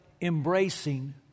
embracing